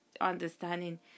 understanding